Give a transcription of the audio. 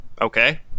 Okay